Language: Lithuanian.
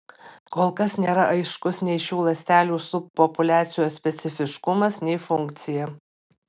kol kas nėra aiškus nei šių ląstelių subpopuliacijos specifiškumas nei funkcija